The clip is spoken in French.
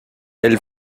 elle